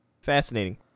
Fascinating